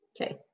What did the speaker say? Okay